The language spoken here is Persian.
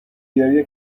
گریه